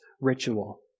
ritual